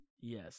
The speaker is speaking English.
Yes